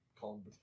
Call